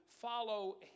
follow